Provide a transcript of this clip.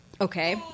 okay